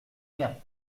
rien